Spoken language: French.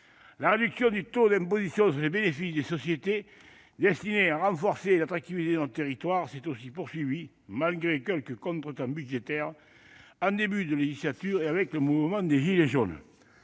La réduction du taux d'imposition sur les bénéfices des sociétés, destinée à renforcer l'attractivité de notre pays, s'est aussi poursuivie, malgré quelques contretemps budgétaires en début de législature puis au moment du mouvement des gilets jaunes.